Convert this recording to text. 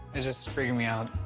it's just freaking me out.